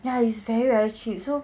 ya it's very very cheap so